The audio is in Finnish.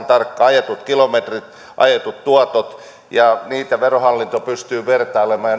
tarkkaan ajetut kilometrit ja ajetut tuotot ja niitä verohallinto pystyy vertailemaan